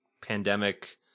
pandemic